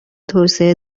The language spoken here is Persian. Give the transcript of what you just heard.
توسعه